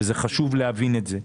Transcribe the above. וחשוב להבין את זה.